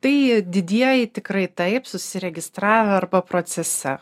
tai didieji tikrai taip susiregistravę arba procese